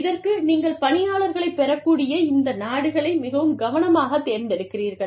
இதற்கு நீங்கள் பணியாளர்களை பெறக்கூடிய இந்த நாடுகளை மிகவும் கவனமாகத் தேர்ந்தெடுக்கிறீர்கள்